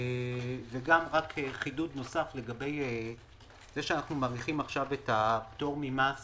וחידוד נוסף לגבי זה שאנחנו מאריכים את הפטור ממס